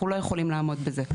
אנחנו לא יכולים לעמוד בזה.